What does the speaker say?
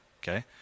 okay